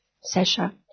Sasha